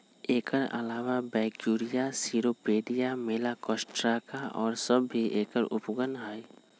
एकर अलावा Brachyura, Cirripedia, Malacostraca और सब भी एकर उपगण हई